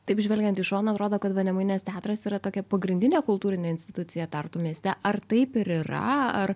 taip žvelgiant iš šono atrodo kad vanemuinės teatras yra tokia pagrindinė kultūrinė institucija tartu mieste ar taip ir yra ar